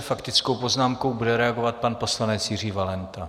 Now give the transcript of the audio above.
Faktickou poznámkou bude reagovat pan poslanec Jiří Valenta.